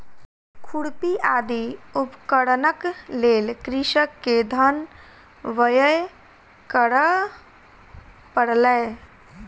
खुरपी आदि उपकरणक लेल कृषक के धन व्यय करअ पड़लै